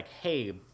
hey